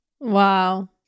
Wow